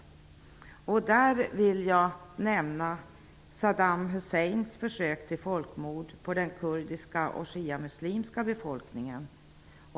Jag vill nämna Saddam Husseins försök till folkmord på den kurdiska och shiamuslimska befolkningen.